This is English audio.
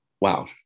Wow